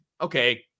Okay